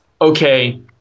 okay